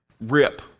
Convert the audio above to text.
rip